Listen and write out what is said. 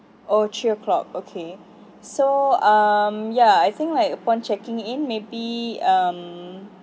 oh three o clock okay so um ya I think like upon checking in maybe um